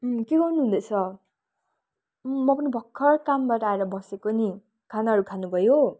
के गर्नुहुँदैछ म पनि भर्खर कामबाट आएर बसेको नि खानाहरू खानुभयो